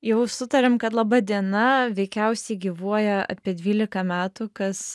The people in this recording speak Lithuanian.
jau sutarėm kad laba diena veikiausiai gyvuoja apie dvylika metų kas